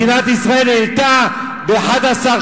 מדינת ישראל העלתה ב-11%,